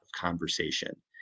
conversation